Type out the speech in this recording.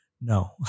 no